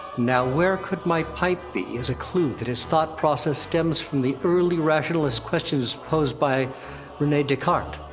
now where could my pipe be? is a clue that his thought process stems from the early rationalist questions posed by rene descartes.